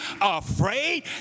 afraid